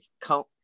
count